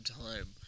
time